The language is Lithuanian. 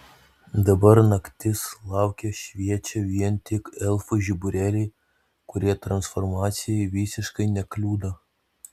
dabar naktis lauke šviečia vien tik elfų žiburėliai kurie transformacijai visiškai nekliudo